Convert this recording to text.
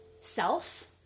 self